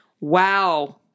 wow